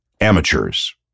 amateurs